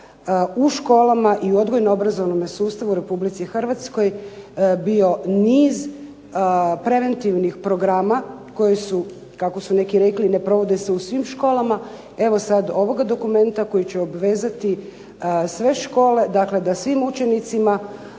u školama i u odgojno-obrazovnome sustavu u Republici Hrvatskoj bio niz preventivnih programa koji su kako su kako su neki rekli ne provode se u svim školama evo ga sad ovoga dokumenta koji će obvezati sve škole, dakle da svim učenicima